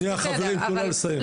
בסדר,